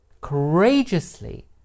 Courageously